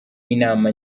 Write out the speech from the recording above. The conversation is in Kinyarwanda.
inama